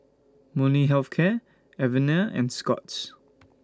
Molnylcke Health Care Avene and Scott's